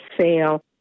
sale